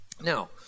Now